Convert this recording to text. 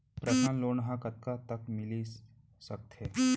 Personal loan ह कतका तक मिलिस सकथे?